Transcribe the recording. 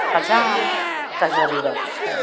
हज्जाम का ज़रूरत है